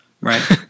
Right